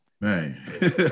Man